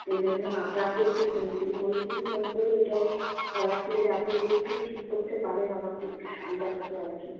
সেই জন্য আপনাকে একটু সিম্পলি বলছি যে ফোন করে এটাই বলার ছিল যে আপনি যদি একটু ঠিক করতে পারেন আমাকে একটু সুবিধা হতো আর কি